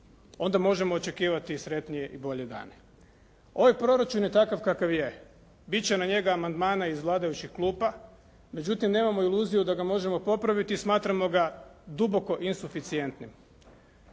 onda možemo očekivati sretnije i bolje dane. Ovaj proračun je takav kakav je, biti će na njega amandmana iz vladajućih klupa, međutim nemamo iluziju da ga možemo popraviti i smatramo ga duboko insuficijentnim.